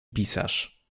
pisarz